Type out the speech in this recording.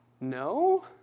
No